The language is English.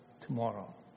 tomorrow